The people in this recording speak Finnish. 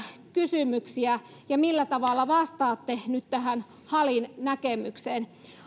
kysymyksiä ja millä tavalla vastaatte nyt tähän halin näkemykseen